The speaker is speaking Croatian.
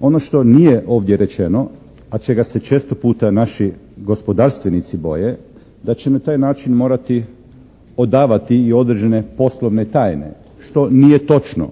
Ono što nije ovdje rečeno a čega se često puta naši gospodarstvenici boje da će na taj način morati odavati i određene poslovne tajne što nije točno.